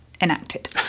enacted